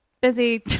busy